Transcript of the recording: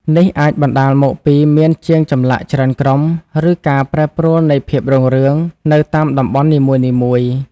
នេះអាចបណ្ដាលមកពីមានជាងចម្លាក់ច្រើនក្រុម ឬការប្រែប្រួលនៃភាពរុងរឿងនៅតាមតំបន់នីមួយៗ។